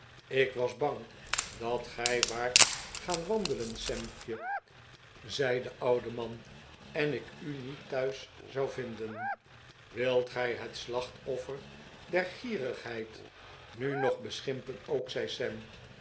ik was bang dat gij waart gaan wandelen sampjef zei de oude man en ik u niet thuis zou vinden wilt gij het slachtoffer der gierigheid nu nog beschimpen ook zei sam